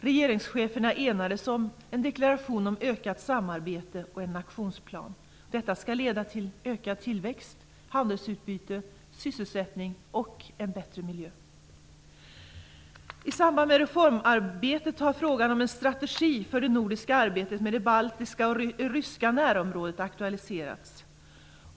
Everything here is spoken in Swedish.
Regeringscheferna enades om en deklaration om ökat samarbete och om en aktionsplan. Detta skall leda till ökad tillväxt, handelsutbyte, sysselsättning och en bättre miljö. I samband med reformarbetet har frågan om en strategi för det nordiska arbetet med det baltiska och det ryska närområdet aktualiserats.